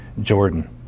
Jordan